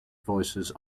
voices